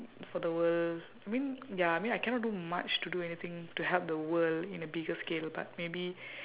for the world I mean ya I mean I cannot do much to do anything to help the world in a bigger scale but maybe